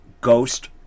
Ghost